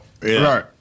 right